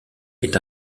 est